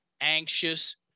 Anxious